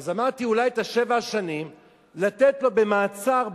אז אמרתי: אולי את שבע השנים לתת לו במעצר בית,